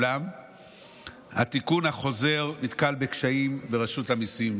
אולם התיקון החוזר נתקל בקשיים ברשות המיסים.